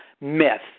myth